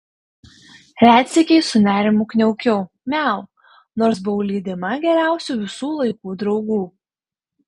retsykiais su nerimu kniaukiau miau nors buvau lydima geriausių visų laikų draugų